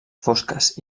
fosques